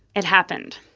it happened.